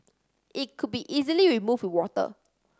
it could be easily removed with water